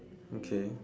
okay